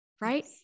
right